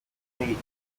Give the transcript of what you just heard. eight